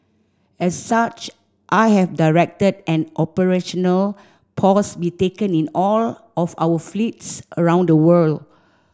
as such I have directed an operational pause be taken in all of our fleets around the world